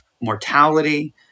mortality